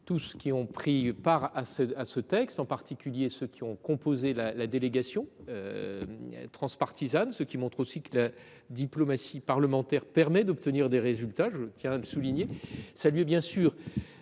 Tout ce qui ont pris part à ce texte, en particulier ceux qui ont composé la délégation transpartisane, ce qui montre aussi que la diplomatie parlementaire permet d'obtenir des résultats, je tiens à le souligner. Ça lui est bien sûr